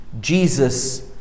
Jesus